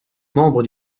membre